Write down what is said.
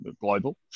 global